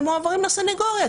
הם מועברים לסנגוריה,